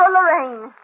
Lorraine